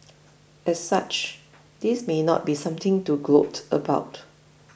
as such this may not be something to gloat about